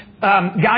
God